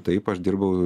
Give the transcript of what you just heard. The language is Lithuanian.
taip aš dirbau